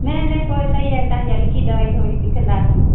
न न पोइ हीअ सही आहे तव्हांजी हलकी दवाई थोरी लिखंदा असां